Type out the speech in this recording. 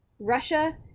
russia